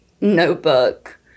notebook